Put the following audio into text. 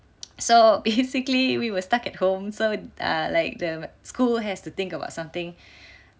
so basically we were stuck at home so err like the school has to think about something